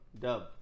Dub